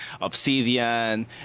obsidian